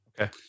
Okay